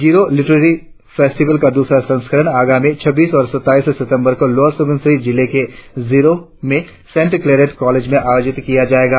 zero literary festival का द्रसरा संस्करण आगामी छब्बीस और सत्ताईस सितंबर को लोअर सुबनसिरी जिले के जिरो में सैन्ट क्लैरट कॉलेज में आयोजित किया जायेगा